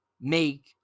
make